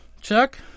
Chuck